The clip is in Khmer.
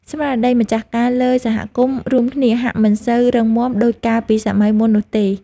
ស្មារតីម្ចាស់ការលើសហគមន៍រួមគ្នាហាក់មិនសូវរឹងមាំដូចកាលពីសម័យមុននោះទេ។